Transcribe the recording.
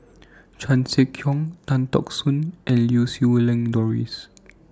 Chan Sek Keong Tan Teck Soon and Lau Siew Lang Doris